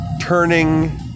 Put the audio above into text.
turning